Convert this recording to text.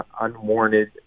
unwarranted